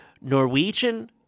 Norwegian